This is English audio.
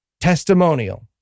Testimonial